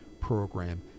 program